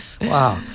wow